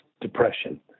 depression